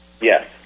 Yes